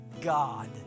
god